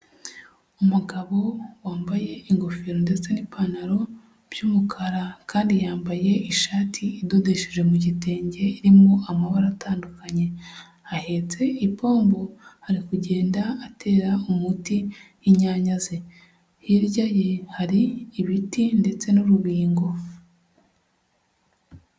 Umugabo wambaye ingofero ndetse n'ipantaro by'umukara kandi yambaye ishati idodesheje mu gitenge irimo amabara atandukanye, ahetse ipombo, ari kugenda atera umuti inyanya ze, hirya ye hari ibiti ndetse n'urubingo.